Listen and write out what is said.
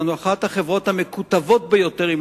אנחנו אחת החברות המקוטבות ביותר,